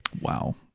Wow